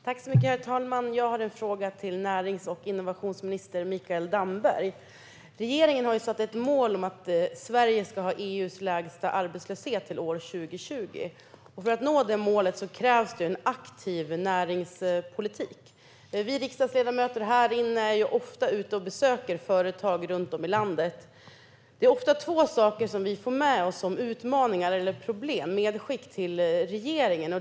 Herr talman! Jag har en fråga till närings och innovationsminister Mikael Damberg. Regeringen har satt ett mål om att Sverige ska ha EU:s lägsta arbetslöshet till år 2020. För att nå det målet krävs det en aktiv näringspolitik. Vi riksdagsledamöter är ofta ute och besöker företag runt om i landet. Det är ofta två utmaningar eller problem som tas upp och som vi får som medskick till regeringen.